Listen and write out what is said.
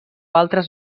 altres